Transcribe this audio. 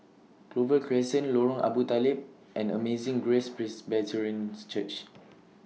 Clover Crescent Lorong Abu Talib and Amazing Grace Presbyterian Church